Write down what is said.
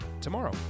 tomorrow